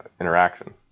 interaction